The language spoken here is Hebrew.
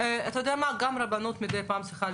במה אתם מתנגדים?